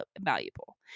valuable